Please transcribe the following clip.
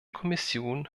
kommission